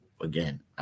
Again